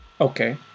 okay